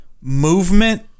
movement